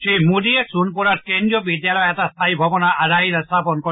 শ্ৰীমোডীয়ে সোণপুৰত কেন্দ্ৰীয় বিদ্যালয়ৰ এটা স্থায়ী ভৱনৰ আধাৰশিলাও স্থাপন কৰে